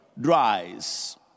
dries